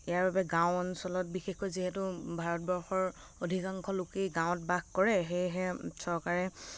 ইয়াৰ বাবে গাওঁ অঞ্চলত বিশেষকৈ যিহেতু ভাৰতবৰ্ষৰ অধিকাংশ লোকেই গাঁৱত বাস কৰে সেয়েহে চৰকাৰে